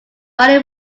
body